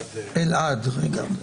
להגיע?